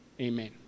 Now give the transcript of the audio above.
Amen